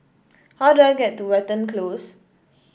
how do I get to Watten Close